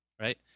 right